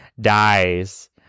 dies